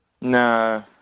No